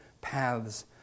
paths